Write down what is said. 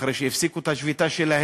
אחרי שהפסיקו את השביתה שלהם,